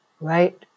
right